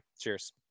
Cheers